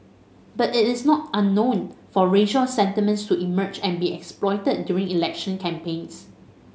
but it is not unknown for racial sentiments to emerge and to be exploited during election campaigns